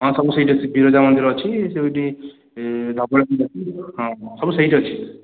ହଁ ସବୁ ସେଇଠି ଅଛି ବିରଜା ମନ୍ଦିର ଅଛି ସେଇଠି ଧବଳେଶ୍ୱର ହଁ ସବୁ ସେଇଠି ଅଛି